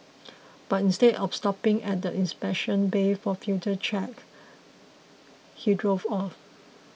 but instead of stopping at the inspection bay for further check he drove off